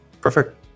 Perfect